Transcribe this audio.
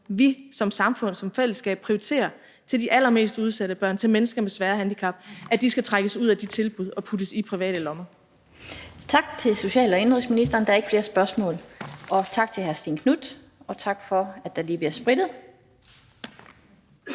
vi som samfund, som fællesskab, prioriterer til de allermest udsatte børn og til mennesker med svære handicap, skal trækkes ud af de tilbud og puttes i private lommer. Kl. 16:05 Den fg. formand (Annette Lind): Tak til social- og ældreministeren. Der er ikke flere spørgsmål. Og tak til hr. Stén Knuth. Og også tak for, at der lige bliver splittet